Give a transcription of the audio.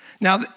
Now